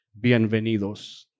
Bienvenidos